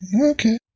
Okay